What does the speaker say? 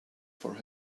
for